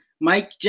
Mike